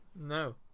No